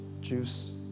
juice